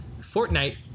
fortnite